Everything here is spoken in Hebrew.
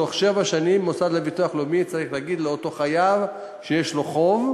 בתוך שבע שנים המוסד לביטוח לאומי צריך להגיד לאותו חייב שיש לו חוב,